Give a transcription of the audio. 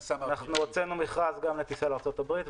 הוצאתנו מכרז גם לטיסה לארצות הברית,